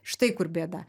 štai kur bėda